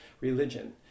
religion